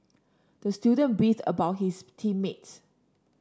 the student beefed about his team mates